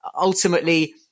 Ultimately